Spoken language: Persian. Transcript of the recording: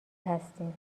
هستیم